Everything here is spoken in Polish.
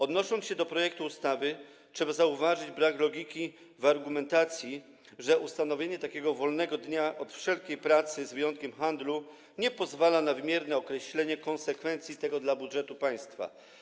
Odnosząc się do projektu ustawy, trzeba zauważyć brak logiki w argumentacji, że ustanowienie wolnego dnia od wszelkiej pracy z wyjątkiem handlu nie pozwala na wymierne określenie konsekwencji dla budżetu państwa.